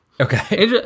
Okay